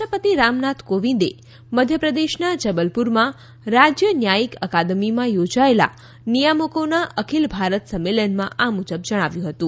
રાષ્ટ્રપતિ રામનાથ કોવિંદે મધ્ય પ્રદેશના જબલપુરમાં રાજય ન્યાયિક અકાદમીમાં યોજાયેલા નિયામકોના અખિલ ભારત સંમેલનમાં આ મુજબ જણાવ્યું હતું